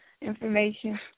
information